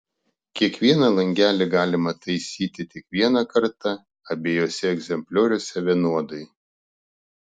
kiekvieną langelį galima taisyti tik vieną kartą abiejuose egzemplioriuose vienodai